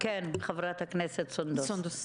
חברת הכנסת סונדוס.